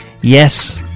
yes